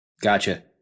Gotcha